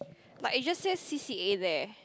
but it just says C_C_A there